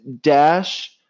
Dash